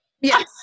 Yes